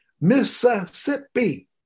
Mississippi